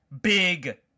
big